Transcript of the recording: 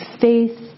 faith